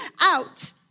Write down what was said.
out